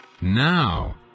Now